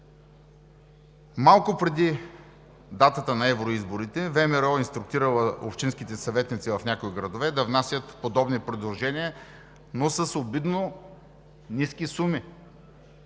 Малко преди датата на изборите ВМРО е инструктирала общинските си съветници в някои градове да внасят подобни предложения, но с обидно ниски суми,